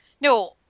No